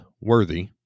worthy